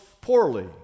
poorly